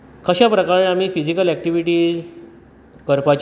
कशें प्रकारे आमी फिजिकल एकटिविटीज करपाच्यो